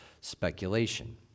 speculation